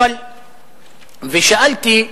ושאלתי,